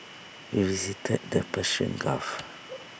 we visited the Persian gulf